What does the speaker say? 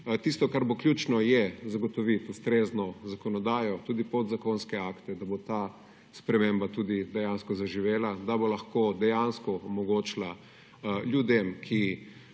Tisto, kar bo ključno je zagotoviti ustrezno zakonodajo, tudi podzakonske akte, da bo ta sprememba tudi dejansko zaživela, da bo lahko dejansko omogočila ljudem, ki